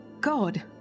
God